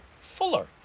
Fuller